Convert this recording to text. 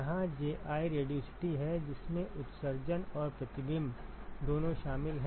जहां Ji radiosity है जिसमें उत्सर्जन और प्रतिबिंब दोनों शामिल हैं